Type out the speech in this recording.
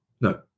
No